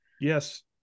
Yes